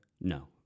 No